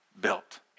built